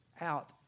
out